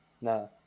No